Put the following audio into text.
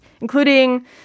including